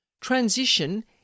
transition